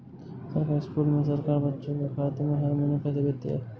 सरकारी स्कूल में सरकार बच्चों के खाते में हर महीने पैसे भेजती है